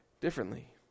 differently